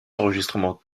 enregistrements